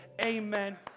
amen